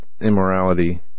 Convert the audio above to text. immorality